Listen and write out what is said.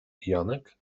janek